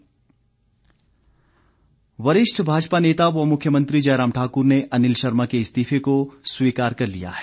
जयराम वरिष्ठ भाजपा नेता व मुख्यमंत्री जयराम ठाकुर ने अनिल शर्मा के इस्तीफे को स्वीकार कर लिया है